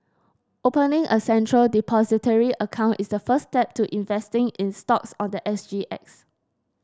opening a Central Depository account is the first step to investing in stocks on the S G X